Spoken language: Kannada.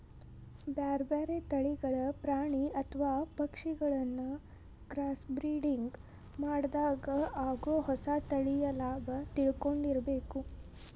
ಬ್ಯಾರ್ಬ್ಯಾರೇ ತಳಿಗಳ ಪ್ರಾಣಿ ಅತ್ವ ಪಕ್ಷಿಗಳಿನ್ನ ಕ್ರಾಸ್ಬ್ರಿಡಿಂಗ್ ಮಾಡಿದಾಗ ಆಗೋ ಹೊಸ ತಳಿಯ ಲಾಭ ತಿಳ್ಕೊಂಡಿರಬೇಕು